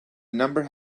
number